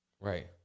Right